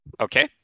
Okay